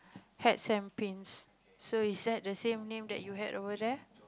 hats and pins so is that the same name that you had over there